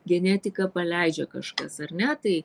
genetiką paleidžia kažkas ar ne tai